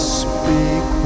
speak